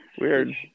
Weird